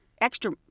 extra